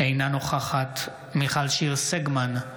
אינה נוכחת מיכל שיר סגמן,